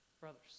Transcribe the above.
brothers